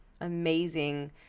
amazing